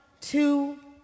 two